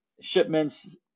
shipments